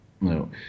No